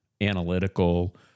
analytical